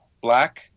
Black